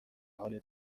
حال